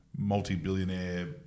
multi-billionaire